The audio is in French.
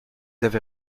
avez